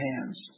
hands